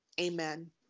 Amen